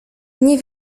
nie